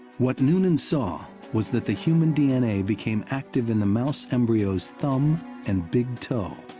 what noonan saw was that the human d n a. became active in the mouse embryo's thumb and big toe.